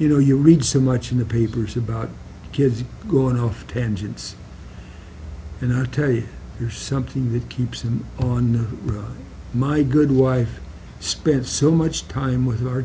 you know you read so much in the papers about kids going off tangents and i tell you you're something that keeps him on my good wife spent so much time with our